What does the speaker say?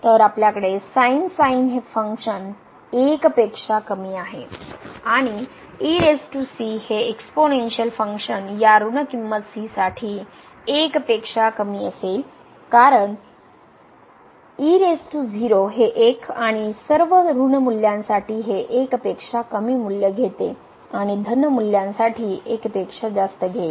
तर आपल्याकडे फंक्शन 1 पेक्षा कमी आहे आणि हे एकसपोनेणशिअल फंक्शन या ऋण किंमत c साठी 1 पेक्षा कमी असेल कारण हे 1 आणि सर्व ऋण मूल्यांसाठी हे 1 पेक्षा कमी मूल्य घेते आणि धन मूल्यांसाठी 1 पेक्षा जास्त घेईल